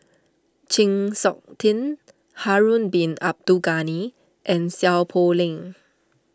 Chng Seok Tin Harun Bin Abdul Ghani and Seow Poh Leng